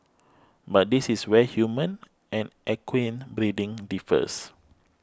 but this is where human and equine breeding differs